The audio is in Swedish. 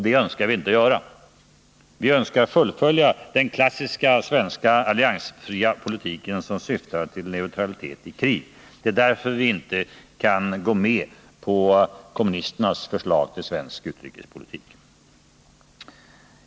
Det önskar vi inte göra. I stället önskar vi fullfölja den klassiska svenska alliansfria politik som syftar till neutralitet i krig. Det är därför vi inte kan gå med på kommunisternas förslag till svensk utrikespolitik.